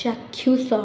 ଚାକ୍ଷୁଷ